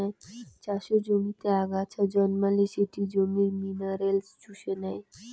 চাষের জমিতে আগাছা জন্মালে সেটি জমির মিনারেলস চুষে নেই